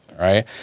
right